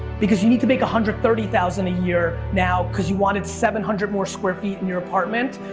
because you need to make a hundred thirty thousand a year now, because you wanted seven hundred more square feet in your apartment,